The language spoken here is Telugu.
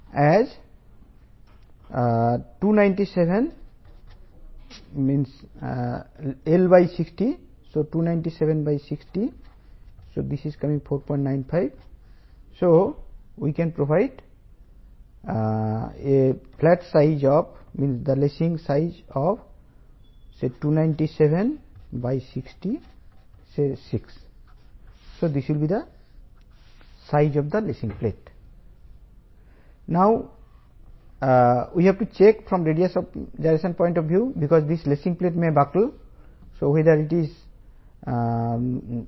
95 mm 60 mm వెడల్పుతో 6 mm మందపాటి ప్లేట్ను పెడదాము